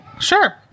Sure